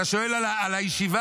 אתה שואל על הישיבה,